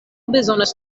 bezonas